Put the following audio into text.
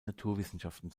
naturwissenschaften